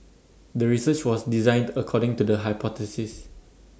the research was designed according to the hypothesis